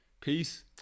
peace